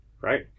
right